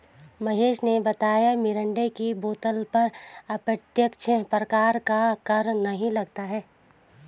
महेश ने बताया मिरिंडा की बोतल पर अप्रत्यक्ष प्रकार का कर लगता है